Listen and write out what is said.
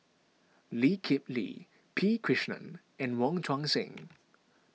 Lee Kip Lee P Krishnan and Wong Tuang Seng